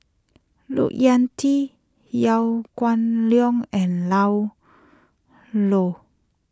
Look Yan Kit Liew Geok Leong and Ian Loy